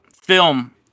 film